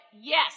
Yes